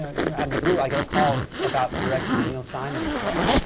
ah yeah out of the blue, i got a call about directing a neil simon play.